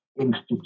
institute